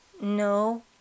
No